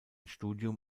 studium